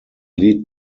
lead